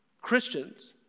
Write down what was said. Christians